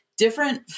different